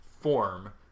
form